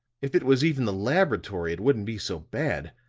if it was even the laboratory, it wouldn't be so bad.